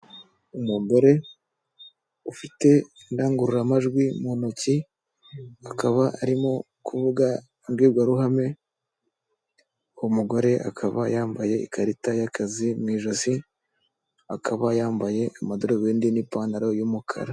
Umugore ufite indangurura majwi mu ntoki, akaba arimo kuvuga imbwirwaruhame, umugore akaba yambaye ikarita y'akazi mu ijosi, akaba yambaye amadarubindi n'ipantaro y'umukara.